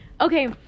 Okay